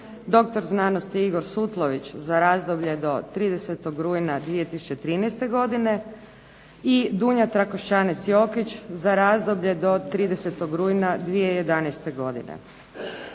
doktor znanosti Igor Sutlović za razdoblje 30. rujna 2013. godine i Dunja Trakošćanec JOkić za razdoblje do 30. rujna 2011. godine.